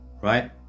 Right